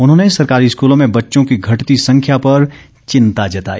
उन्होंने सरकारी स्कूलों में बच्चों की घटती संख्या पर चिंता जताई